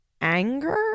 anger